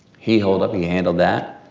he holed up, he handled that.